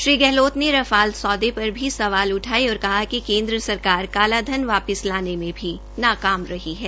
श्री गहलौत ने रफाल सौदे पर भी सवाल उठाये और कहा कि केन्द्र सरकार काला धन वापिस लाने मे भी विफल रही है